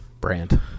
brand